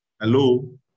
Hello